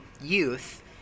youth